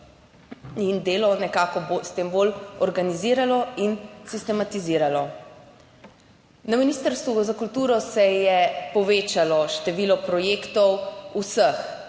in delo nekako bo s tem bolj organiziralo in sistematiziralo. Na Ministrstvu za kulturo se je povečalo število projektov, vseh